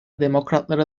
demokratlara